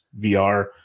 VR